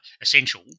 essential